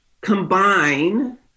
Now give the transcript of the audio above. combine